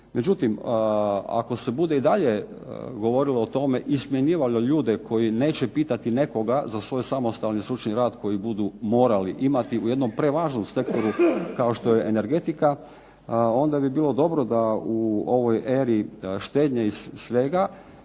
Međutim, ako se bude i dalje govorilo o tome i smjenjivalo ljude koji neće pitati nekoga za svoj samostalni stručni rad koji budu morali imati u jednom prevažnom sektoru kao što je energetika, onda bi bilo dobro da u ovoj eri štednje i svega